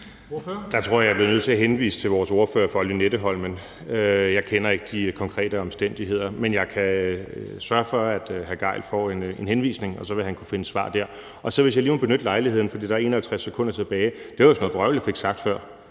Der tror jeg, at jeg bliver nødt til at henvise til vores ordfører for Lynetteholmen. Jeg kender ikke de konkrete omstændigheder, men jeg kan sørge for, at hr. Torsten Gejl får en henvisning, og så vil han kunne finde svar der. Der er 51 sekunder tilbage, og jeg vil lige benytte lejligheden til at sige, at det vist var noget vrøvl, jeg fik sagt før.